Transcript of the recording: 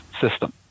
system